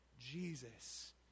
Jesus